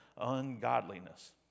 ungodliness